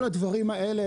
כל הדברים האלה,